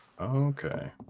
okay